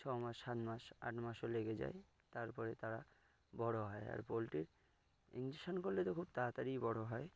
ছ মাস সাত মাস আট মাসও লেগে যায় তারপরে তারা বড়ো হয় আর পোলট্রীর ইনজেকশান করলে তো খুব তাড়াতাড়ি বড়ো হয়